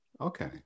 okay